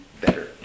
better